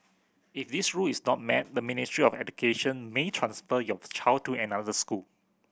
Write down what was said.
if this rule is not met the Ministry of Education may transfer your child to another school